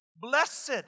blessed